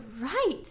right